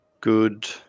good